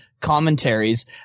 commentaries